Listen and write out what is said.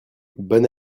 bon